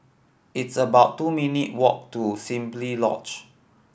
it's about two minute walk to Simply Lodge